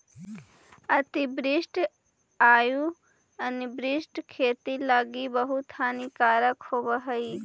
अतिवृष्टि आउ अनावृष्टि खेती लागी बहुत हानिकारक होब हई